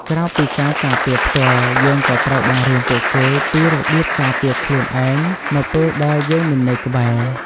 ក្រៅពីការការពារផ្ទាល់ យើងក៏ត្រូវបង្រៀនពួកគេពីរបៀបការពារខ្លួនឯងនៅពេលដែលយើងមិននៅក្បែរ។